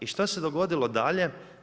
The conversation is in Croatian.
I što se dogodilo dalje?